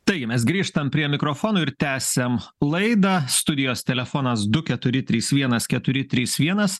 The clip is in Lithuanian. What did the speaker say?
taigi mes grįžtam prie mikrofono ir tęsiam laidą studijos telefonas du keturi trys vienas keturi trys vienas